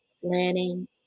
planning